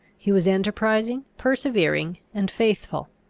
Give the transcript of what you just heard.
he was enterprising, persevering, and faithful.